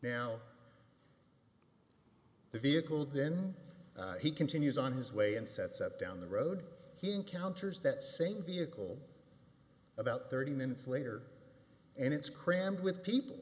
now the vehicle then he continues on his way and sets up down the road he encounters that same vehicle about thirty minutes later and it's crammed with people